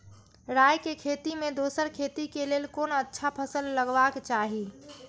राय के खेती मे दोसर खेती के लेल कोन अच्छा फसल लगवाक चाहिँ?